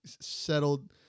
settled